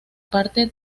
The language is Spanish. parte